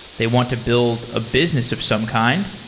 they want to build a business of some kind.